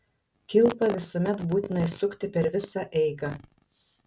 kilpą visuomet būtina įsukti per visą eigą